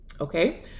okay